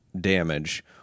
damage